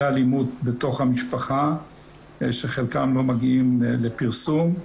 האלימות בתוך המשפחה שחלקם לא מגיעים לפרסום,